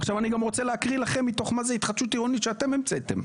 עכשיו אני גם רוצה להקריא לכם מתוך מה זה התחדשות עירונית שאתם המצאתם.